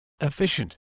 efficient